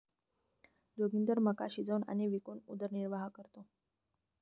जोगिंदर मका शिजवून आणि विकून उदरनिर्वाह करतो